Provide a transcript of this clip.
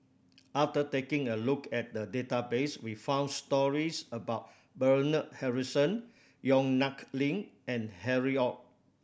after taking a look at the database we found stories about Bernard Harrison Yong Nyuk Lin and Harry Ord